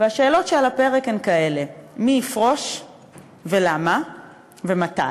והשאלות שעל הפרק הן כאלה: מי יפרוש ולמה ומתי,